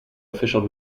official